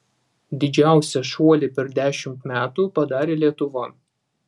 didžiausią šuolį per dešimt metų padarė lietuva